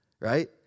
right